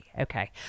Okay